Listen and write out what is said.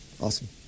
awesome